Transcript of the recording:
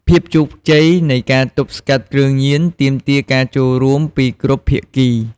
ភាពជោគជ័យនៃការទប់ស្កាត់គ្រឿងញៀនទាមទារការចូលរួម ពីគ្រប់ភាគី។